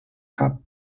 hot